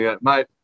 Mate